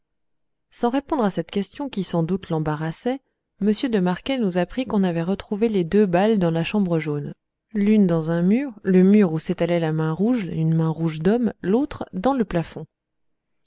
sans répondre à cette question qui sans doute l'embarrassait m de marquet nous apprit qu'on avait retrouvé les deux balles dans la chambre jaune l'une dans un mur le mur où s'étalait la main rouge une main rouge d'homme l'autre dans le plafond